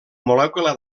molècula